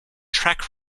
track